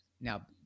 Now